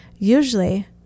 Usually